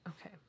okay